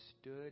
stood